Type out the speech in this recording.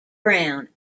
brown